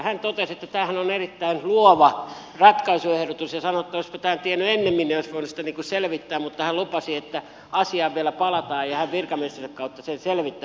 hän totesi että tämähän on erittäin luova ratkaisuehdotus ja sanoi että olisipa tämän tiennyt ennemmin niin että olisi voinut sitä selvittää mutta hän lupasi että asiaan vielä palataan ja hän virkamiestensä kautta sen selvittää